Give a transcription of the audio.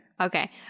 Okay